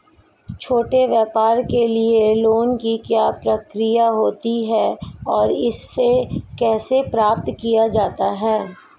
छोटे व्यापार के लिए लोंन की क्या प्रक्रिया होती है और इसे कैसे प्राप्त किया जाता है?